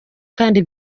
kandi